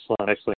excellent